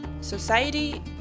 Society